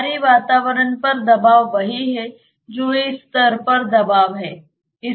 बाहरी वातावरण पर दबाव वही है जो इस स्तर पर दबाव है